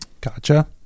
Gotcha